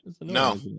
No